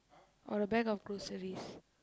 or a bag of groceries